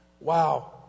Wow